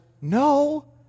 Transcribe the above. no